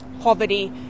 poverty